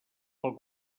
pel